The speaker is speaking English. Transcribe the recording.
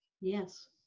Yes